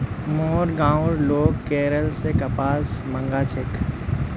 मोर गांउर लोग केरल स कपास मंगा छेक